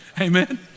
Amen